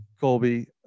Colby